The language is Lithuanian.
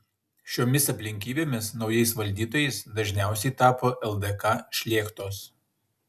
šiomis aplinkybėmis naujais valdytojais dažniausiai tapo ldk šlėktos